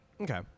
Okay